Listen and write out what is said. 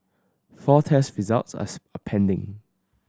four test results are pending